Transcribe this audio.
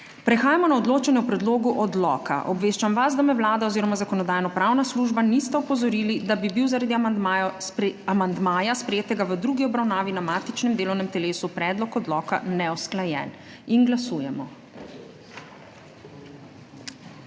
Prehajamo na odločanje o predlogu odloka. Obveščam vas, da me Vlada oziroma Zakonodajno-pravna služba nista opozorili, da bi bil zaradi amandmaja, sprejetega v drugi obravnavi na matičnem delovnem telesu, predlog odloka neusklajen. Glasujemo.